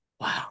wow